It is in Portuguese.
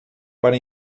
para